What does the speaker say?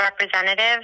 representative